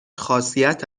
خاصیت